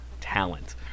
talent